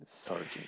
Sergeant